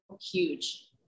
huge